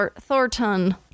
Thornton